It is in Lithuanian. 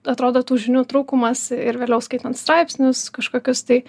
atrodo tų žinių trūkumas ir vėliau skaitant straipsnius kažkokius tai